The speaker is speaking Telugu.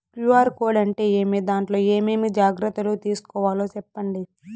క్యు.ఆర్ కోడ్ అంటే ఏమి? దాంట్లో ఏ ఏమేమి జాగ్రత్తలు తీసుకోవాలో సెప్పండి?